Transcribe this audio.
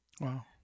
Wow